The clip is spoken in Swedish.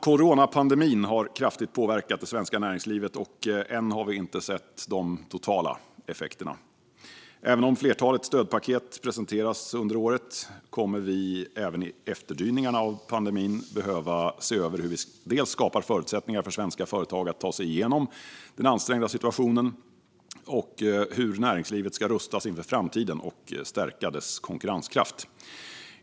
Coronapandemin har kraftigt påverkat det svenska näringslivet, och än har vi inte sett de totala effekterna. Även om ett flertal stödpaket presenterats under året kommer vi även i efterdyningarna av pandemin att behöva se över dels hur vi skapar förutsättningar för svenska företag att ta sig igenom den ansträngda situationen, dels hur vi kan rusta näringslivet inför framtiden och stärka dess konkurrenskraft.